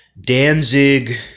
Danzig